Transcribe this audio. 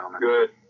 good